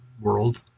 world